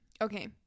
Okay